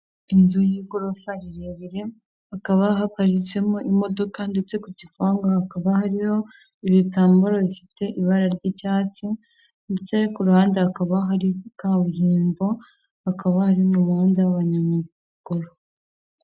Inzu y'igorofa rirerire hakaba haparitsemo imodoka ndetse ku gipangu hakaba hariho ibitambaro bifite ibara ry'icyatsi, ndetse no ku ruhande hakaba hari kaburimbo hakaba hari n'umuhanda w'abanyamaguru.